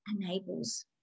enables